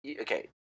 Okay